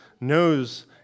knows